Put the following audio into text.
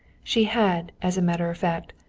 she had, as a matter of fact,